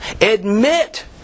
Admit